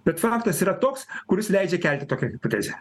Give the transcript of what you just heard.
bet faktas yra toks kuris leidžia kelti tokią hipotezę